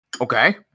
Okay